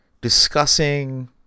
discussing